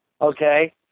okay